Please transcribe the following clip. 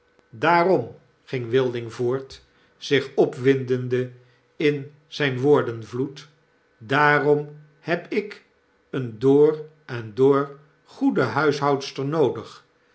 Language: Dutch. daarom ging wilding voort zich opwindende in zyn woordenvloed daarom heb ik eene door en door goede huishoudster noodig